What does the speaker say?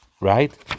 Right